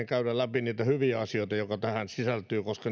käydä läpi niitä hyviä asioita joita tähän sisältyy koska